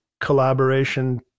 collaboration